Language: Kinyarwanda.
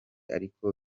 ariko